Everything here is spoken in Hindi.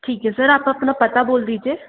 ठीक है सर आप अपना पता बोल दीजिए